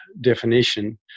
definition